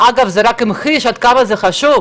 אבל זה גם המחיש עד כמה זה חשוב,